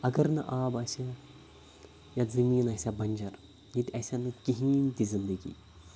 اگر نہٕ آب آسہِ ہا یَتھ زٔمیٖن آسہِ ہا بنٛجَر ییٚتہِ آسہِ ہا نہٕ کِہیٖنۍ تہِ زندگی